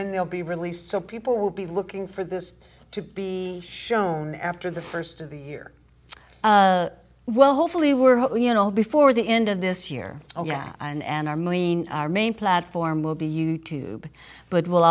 then they'll be released so people will be looking for this to be shown after the st of the year well hopefully we're you know before the end of this year oh yeah and our marine our main platform will be you tube but will